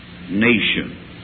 nation